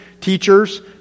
teachers